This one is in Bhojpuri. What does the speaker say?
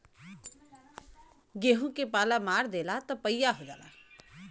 गेंहू के पाला मार देला त पइया हो जाला